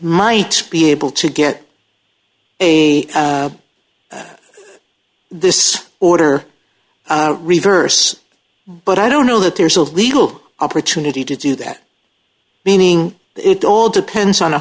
might be able to get a this order reverse but i don't know that there's a legal opportunity to do that meaning it all depends on a